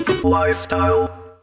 Lifestyle